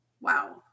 Wow